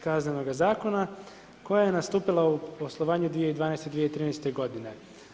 Kaznenoga zakona koja je nastupila u poslovanju 2012., 2013. godine.